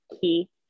key